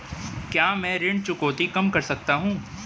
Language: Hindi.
क्या मैं ऋण चुकौती कम कर सकता हूँ?